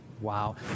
Wow